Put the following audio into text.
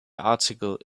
article